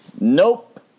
Nope